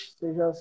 seja